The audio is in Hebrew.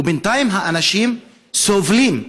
ובינתיים האנשים סובלים,